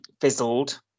fizzled